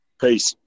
Peace